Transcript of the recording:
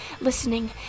listening